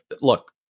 look